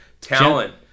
talent